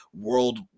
world